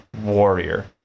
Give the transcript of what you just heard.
warrior